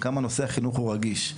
כמה נושא החינוך הוא רגיש.